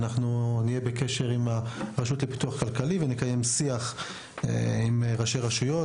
אנחנו נהיה בקשר עם הרשות לפיתוח כלכלי ונקיים שיח עם ראשי הרשויות.